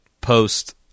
post